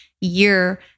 year